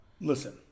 Listen